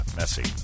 messy